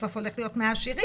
בסוף הולך להיות מהעשירים.